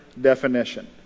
definition